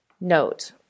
note